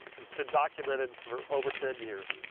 it's been documented for over ten years.